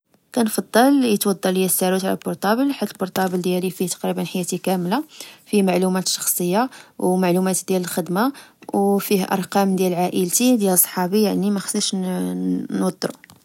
كنفضل يتودر ليا الساروت على البورتابل، حيت البورتابل ديالي فيه تقريبا حياتي كاملة، فيه معلومات شخصية، ومعلومات ديال الخدمة، وفيه أرقام ديال عائلتي، ديال صحابي ، يعني مخستيش نوضرو